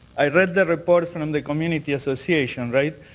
i read the report from um the community association, right?